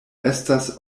estas